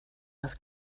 das